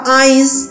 eyes